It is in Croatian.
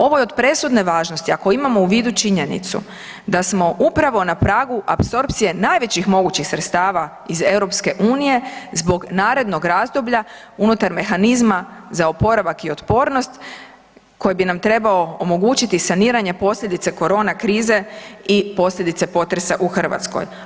Ovo je od presudne važnosti ako imamo u vidu činjenicu da smo upravo na pragu apsorpcije najvećih mogućih sredstava iz EU zbog narednog razdoblja unutar mehanizma za oporavak i otpornost koji bi nam trebao omogućiti saniranje posljedice korona krize i posljedice potresa u Hrvatskoj.